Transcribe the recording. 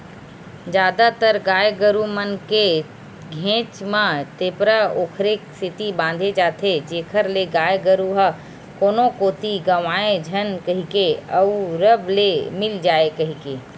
जादातर गाय गरु मन के घेंच म टेपरा ओखरे सेती बांधे जाथे जेखर ले गाय गरु ह कोनो कोती गंवाए झन कहिके अउ रब ले मिल जाय कहिके